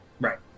Right